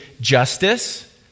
justice